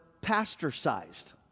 pastor-sized